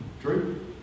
True